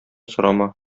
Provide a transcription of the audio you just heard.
сорама